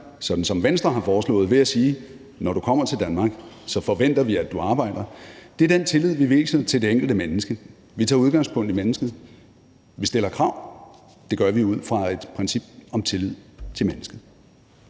som Venstre har foreslået, ved at sige: Når du kommer til Danmark, forventer vi, at du arbejder. Det er den tillid, vi viser til det enkelte menneske. Vi tager udgangspunkt i mennesket. Vi stiller krav. Det gør vi ud fra et princip om tillid til mennesket.